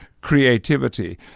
creativity